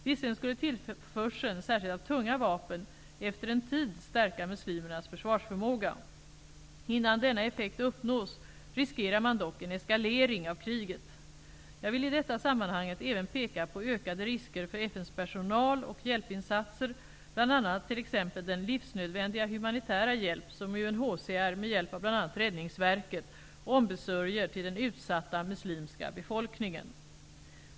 Visserligen skulle tillförseln, särskilt av tunga vapen, efter en tid stärka muslimernas försvarsförmåga. Innan denna effekt uppnås riskerar man dock en eskalering av kriget. Jag vill i detta sammanhang även peka på ökade risker för FN:s personal och hjälpinsatser, bl.a. den livsnödvändiga humanitära hjälp som UNHCR med hjälp av bl.a. Räddningsverket ombesörjer till den utsatta muslimska befolkningen.